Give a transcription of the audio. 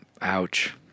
Ouch